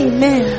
Amen